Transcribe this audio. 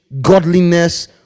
godliness